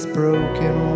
broken